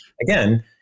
again